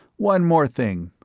one more thing.